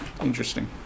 Interesting